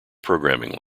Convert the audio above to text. programming